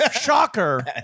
Shocker